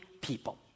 people